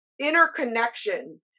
interconnection